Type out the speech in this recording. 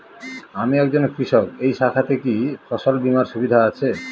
আমি একজন কৃষক এই শাখাতে কি ফসল বীমার সুবিধা আছে?